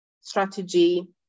strategy